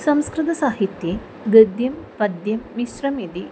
संस्कृतसाहित्ये गद्यं पद्यं मिश्रमिति